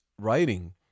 writing